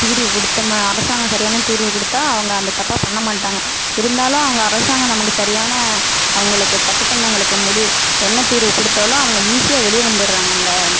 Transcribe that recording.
தீர்வு கொடுத்தமா அரசாங்கம் சரியான தீர்வு கொடுத்தா அவங்க அந்த தப்பை பண்ண மாட்டாங்க இருந்தாலும் அவங்க அரசாங்கம் நமக்கு சரியான அவங்களுக்கு தப்பு பண்ணவங்களுக்கு முடி என்ன தீர்வு கொடுத்தாலும் அவங்க ஈஸியாக வெளியே வந்துடறாங்க அந்த